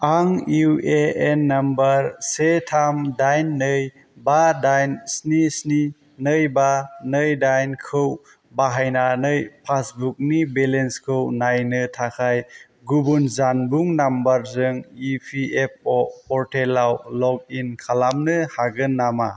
आं UAN number से थाम दाइन नै बा दाइन स्नि स्नि नै बा नै दाइन खौ बाहायनानै पासबुकनि बेलेन्सखौ नायनो थाखाय गुबुन जानबुं नम्बरजों इपिएफअ पर्टेलाव लग इन खालामनो हागोन नामा